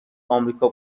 آمریکا